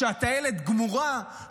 שהטיילת גמורה,